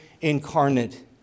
incarnate